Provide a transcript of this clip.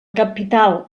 capital